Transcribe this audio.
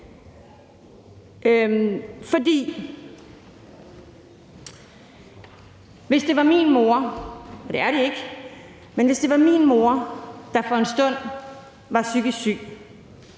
men hvis det var min mor, der for en stund var psykisk syg